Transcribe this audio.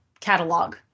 catalog